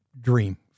dream